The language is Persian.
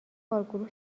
کارگروه